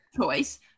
choice